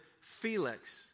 Felix